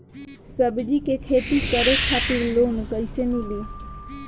सब्जी के खेती करे खातिर लोन कइसे मिली?